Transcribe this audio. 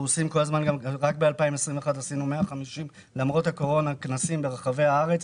ורק אגיד שב-2021 עשינו 150 כנסים ברחבי הארץ,